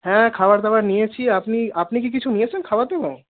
হ্যাঁ খাবার দাবার নিয়েছি আপনি আপনি কি কিছু নিয়েছেন খাবার দাবার